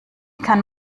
kann